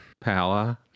power